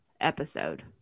episode